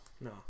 no